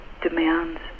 demands